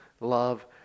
love